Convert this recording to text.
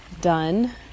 done